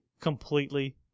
completely